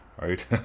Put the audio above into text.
Right